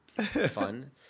fun